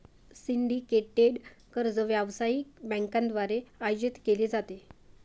syndicated कर्ज व्यावसायिक बँकांद्वारे आयोजित केले जाते